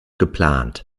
geplant